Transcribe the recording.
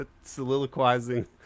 soliloquizing